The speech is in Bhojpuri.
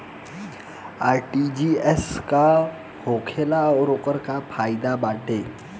आर.टी.जी.एस का होखेला और ओकर का फाइदा बाटे?